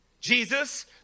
Jesus